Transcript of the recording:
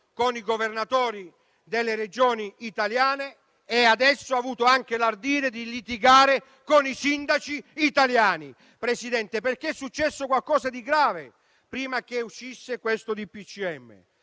con i Presidenti delle Regioni italiane e adesso ha avuto anche l'ardire di litigare con i sindaci italiani. Signor Presidente del Consiglio, è successo qualcosa di grave prima che uscisse questo suo